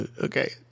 Okay